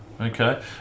Okay